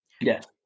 Yes